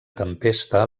tempesta